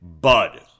Bud